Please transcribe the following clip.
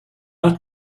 not